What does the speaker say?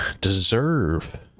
deserve